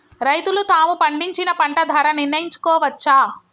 రైతులు తాము పండించిన పంట ధర నిర్ణయించుకోవచ్చా?